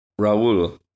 Raul